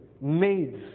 maids